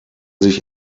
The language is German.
sich